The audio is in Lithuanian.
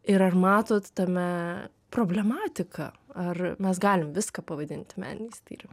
ir ar matot tame problematiką ar mes galim viską pavadinti meniniais tyrimais